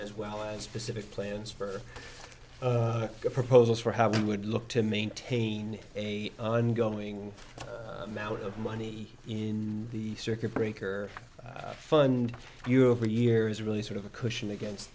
as well as specific plans for the proposals for how we would look to maintain a ongoing amount of money in the circuit breaker fund you every year is really sort of a cushion against